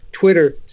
Twitter